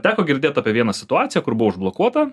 teko girdėt apie vieną situaciją kur buvo užblokuota